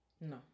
No